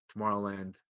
tomorrowland